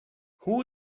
who